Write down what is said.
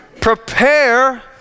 Prepare